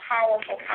powerful